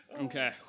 Okay